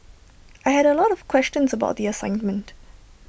I had A lot of questions about the assignment